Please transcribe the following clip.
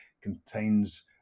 contains